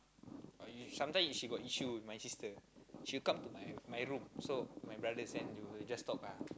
sometimes she got issue with my sister she'll come to my my room so my brothers and you will just talk ah